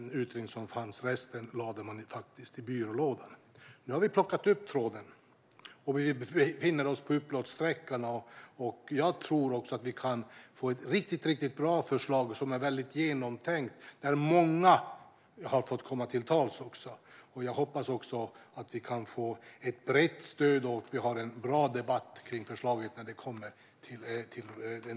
Resten lade man i byrålådan. Nu har vi plockat upp tråden, och vi befinner oss nu på upploppssträckan. Jag tror att det kan bli ett riktigt bra förslag som är genomtänkt och där många har fått komma till tals. Jag hoppas att vi kan få ett brett stöd och att det kan bli en bra debatt om förslaget till våren.